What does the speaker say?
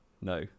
No